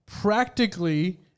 practically